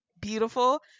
Beautiful